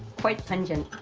quite pungent.